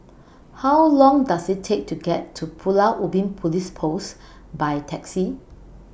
How Long Does IT Take to get to Pulau Ubin Police Post By Taxi